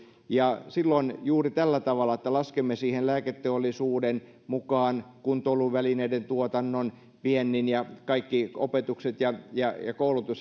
ja silloin juuri tällä tavalla että laskemme siihen lääketeollisuuden mukaan kuntoiluvälineiden tuotannon viennin ja kaikki opetukset ja ja koulutukset